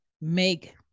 make